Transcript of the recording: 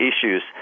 issues